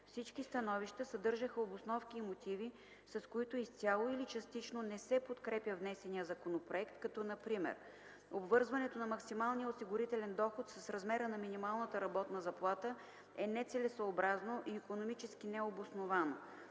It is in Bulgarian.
Всички становища съдържаха обосновки и мотиви, с които изцяло или частично не се подкрепя внесеният законопроект, като например: - обвързването на максималния осигурителен доход с размера на минималната работна заплата е нецелесъобразно и икономически необосновано.